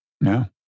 no